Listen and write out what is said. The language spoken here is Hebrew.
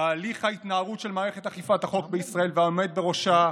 תהליך ההתנערות של מערכת אכיפת החוק בישראל והעומד בראשה,